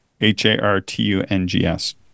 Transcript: H-A-R-T-U-N-G-S